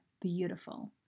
beautiful